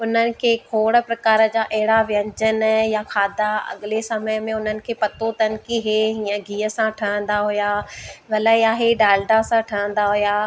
उन्हनि खे खोड़ प्रकार जा अहिड़ा व्यंजन या खाधा अॻिले समय में उन्हनि खे पतो अथन की हे हीअं घीअ सां ठहंदा हुया वले आहे डालडा सां ठहंदा हुया